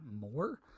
more